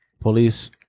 police